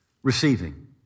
receiving